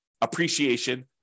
appreciation